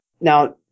Now